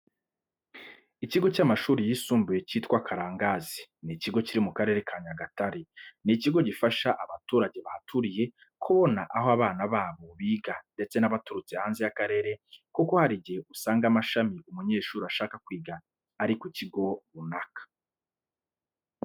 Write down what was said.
Ikigo cy'amashuri yisumbuye cyitwa Karangazi ni ikigo kiri mu Karere ka Nyagatare. Ni ikigo gifasha abaturage bahaturiye kubona aho abana babo biga ndetse n'abaturutse hanze y'akarere kuko hari igihe usanga amashami umunyeshuri ashaka kwiga ari ku kigo runaka.